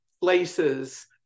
places